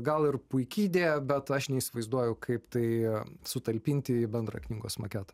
gal ir puiki idėja bet aš neįsivaizduoju kaip tai sutalpinti į bendrą knygos maketą